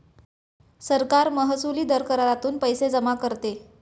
सरकार महसुली दर करातून पैसे जमा करते